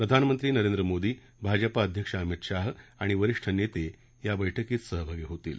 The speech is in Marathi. प्रधानमंत्री नरेंद्र मोदी भाजपा अध्यक्ष अमित शाह आणि वरिष्ठ नेते या बैठकीत सहभागी होतील